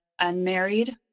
unmarried